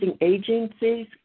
agencies